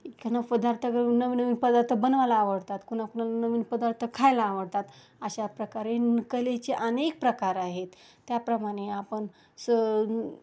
एखादा पदार्थ नवीन नवीन पदार्थ बनवायला आवडतात कुणाकुणाला नवीन पदार्थ खायला आवडतात अशा प्रकारे न कलेचे अनेक प्रकार आहेत त्याप्रमाणे आपण स